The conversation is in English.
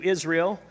Israel